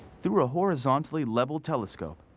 through a horizontally leveled telescope,